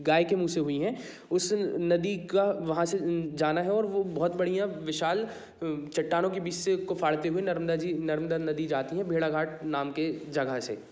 गाय के मूँह से हुई है उस नदी का वहाँ से जाना है और वो बहुत बढ़िया विशाल चट्टानों के बीच से उसको फाड़ते हुए नर्मदा जी नर्मदा जाती है भेड़ाघाट नाम की जगह से